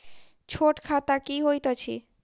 छोट खाता की होइत अछि